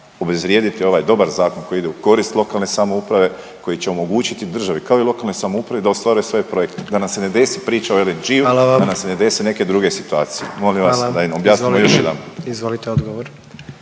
obezvrijediti ovaj dobar zakon koji ide u korist lokalne samouprave, koji će omogućiti državi kao i lokalnoj samoupravi da ostvare svoje projekte da nam se ne desi priča o LNG-u …/Upadica predsjednik: Hvala vam./… da nam se ne dese neke druge